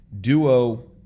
Duo